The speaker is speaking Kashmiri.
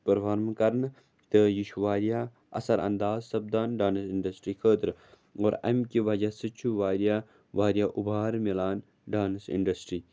پٔرفارٕم کَرنہٕ تہِ یہِ چھُ واریاہ اَثر انداز سپدان ڈانَس اِنڈَسٹِرٛی خٲطرٕ اور اَمہِ کہِ وجہ سۭتۍ چھُ واریاہ واریاہ اُبھار مِلان ڈانٕس اِنڈَسٹِرٛی